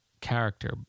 character